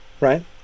Right